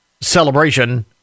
celebration